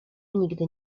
nigdy